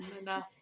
enough